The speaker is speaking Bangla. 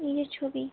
নিজের ছবি